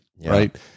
Right